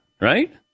right